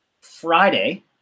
Friday